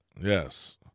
Yes